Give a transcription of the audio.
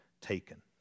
taken